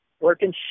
working